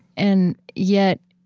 and yet,